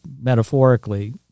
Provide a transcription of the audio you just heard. metaphorically